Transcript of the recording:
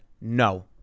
no